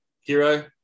hero